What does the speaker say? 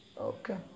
Okay